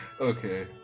okay